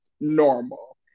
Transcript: normal